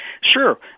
sure